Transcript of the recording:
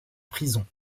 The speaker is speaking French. prison